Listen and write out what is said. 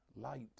light